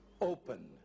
open